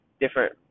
different